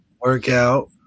workout